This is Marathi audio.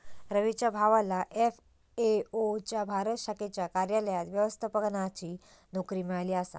रवीच्या भावाला एफ.ए.ओ च्या भारत शाखेच्या कार्यालयात व्यवस्थापकाची नोकरी मिळाली आसा